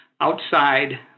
outside